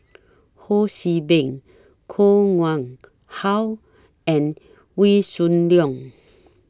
Ho See Beng Koh Nguang How and Wee Soon Leong